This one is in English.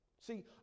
See